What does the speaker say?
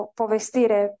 povestire